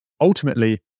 ultimately